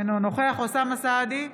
אינו נוכח אוסאמה סעדי,